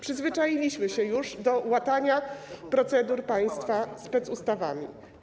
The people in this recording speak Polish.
Przyzwyczailiśmy się już do łatania procedur państwa specustawami.